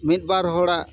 ᱢᱤᱫ ᱵᱟᱨ ᱦᱚᱲᱟᱜ